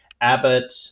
Abbott